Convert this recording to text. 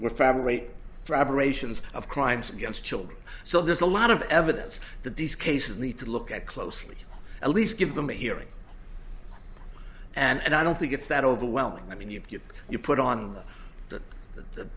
aberrations of crimes against children so there's a lot of evidence that these cases need to look at closely at least give them a hearing and i don't think it's that overwhelming i mean you you you put on th